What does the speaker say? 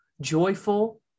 joyful